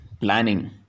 planning